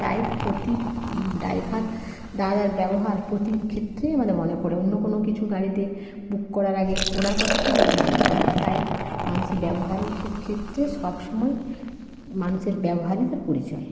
তাই প্রতি ড্রাইভার দাদার ব্যবহার প্রতি ক্ষেত্রে আমাদের মনে পড়ে অন্য কোনো কিছু গাড়িতে বুক করার আগে ওনার কথাটাই আমাদের মনে পড়ে তাই মানুষের ব্যবহারের ক্ষেত্রে সবসময়ই মানুষের ব্যবহারই তার পরিচয়